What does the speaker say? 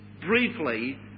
briefly